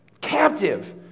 captive